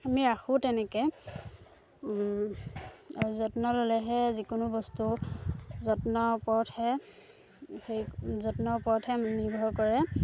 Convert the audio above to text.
আমি ৰাখোঁ তেনেকৈ আৰু যত্ন ল'লেহে যিকোনো বস্তু যত্নৰ ওপৰতহে সেই যত্নৰ ওপৰতহে নিৰ্ভৰ কৰে